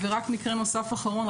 ורק מקרה נוסף אחרון,